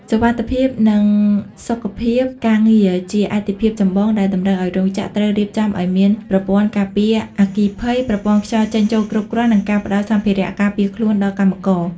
សុវត្ថិភាព និងសុខភាពការងារ ជាអាទិភាពចម្បងដែលតម្រូវឱ្យរោងចក្រត្រូវរៀបចំឱ្យមានប្រព័ន្ធការពារអគ្គិភ័យ ប្រព័ន្ធខ្យល់ចេញចូលគ្រប់គ្រាន់ និងការផ្ដល់សម្ភារៈការពារខ្លួនដល់កម្មករ។